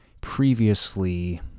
previously